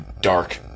dark